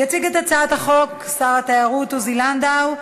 יציג את הצעת החוק שר התיירות עוזי לנדאו,